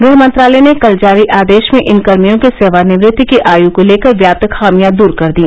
गृहमंत्रालय ने कल जारी आदेश में इन कर्मियों की सेवानिवृत्ति की आय को लेकर व्याप्त खामियां दूर कर दी